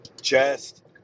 Chest